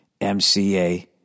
MCA